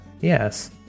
yes